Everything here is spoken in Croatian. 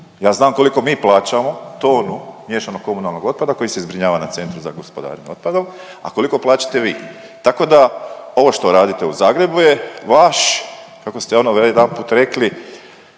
Ja znam koliko mi plaćamo tonu miješanog komunalnog otpada koji se zbrinjava na centru za gospodarenje otpadom, a koliko plaćate vi. Tako da, ovo što radite u Zagrebu je vaš, kako ste ono .../nerazumljivo/...